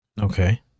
okay